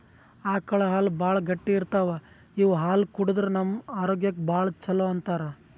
ಆಕಳ್ ಹಾಲ್ ಭಾಳ್ ಗಟ್ಟಿ ಇರ್ತವ್ ಇವ್ ಹಾಲ್ ಕುಡದ್ರ್ ನಮ್ ಆರೋಗ್ಯಕ್ಕ್ ಭಾಳ್ ಛಲೋ ಅಂತಾರ್